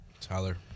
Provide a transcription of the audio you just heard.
Tyler